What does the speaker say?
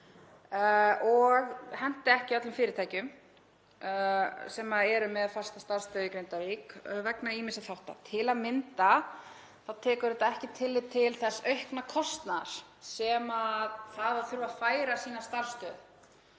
og hentar ekki öllum fyrirtækjum sem eru með fasta starfsstöð í Grindavík vegna ýmissa þátta. Til að mynda tekur þetta ekki tillit til þess aukna kostnaðar sem það að þurfa að færa sína starfsstöð